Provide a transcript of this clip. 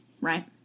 right